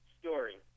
story